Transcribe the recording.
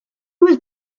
was